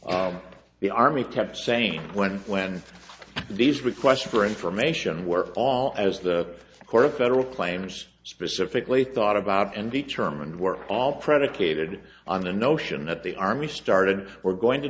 that the army kept saying when when these requests for information were on as the court of federal claims specifically thought about and determined were all predicated on the notion that the army started we're going to